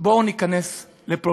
בואו ניכנס לפרופורציות.